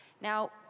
Now